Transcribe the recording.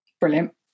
Brilliant